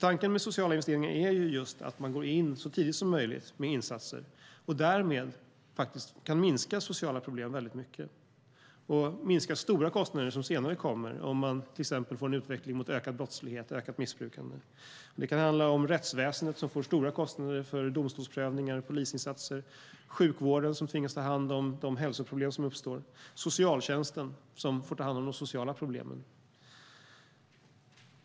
Tanken med sociala investeringar är just att man går in så tidigt som möjligt med insatser och därmed kan minska de sociala problemen mycket och minska stora kostnader som senare kommer om man till exempel får en utveckling mot ökad brottslighet och ökat missbruk. Det kan handla om rättsväsendet som får stora kostnader för domstolsprövningar och polisinsatser, sjukvården som tvingas ta hand om de hälsoproblem som uppstår och socialtjänsten som får ta hand om de sociala problemen.